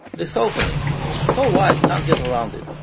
this opening so wide can't get around it,